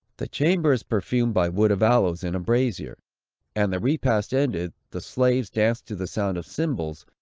the chamber is perfumed by wood of aloes, in a brazier and, the repast ended, the slaves dance to the sound of cymbals,